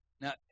Now